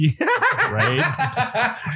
Right